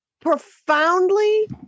profoundly